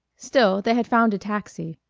still, they had found a taxi.